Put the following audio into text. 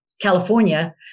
California